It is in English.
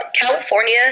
California